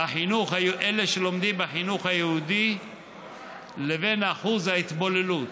אלה שלומדים בחינוך היהודי לבין אחוז ההתבוללות.